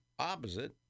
Opposite